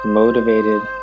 motivated